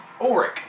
Ulrich